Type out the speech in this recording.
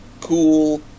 cool